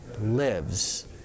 lives